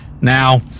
now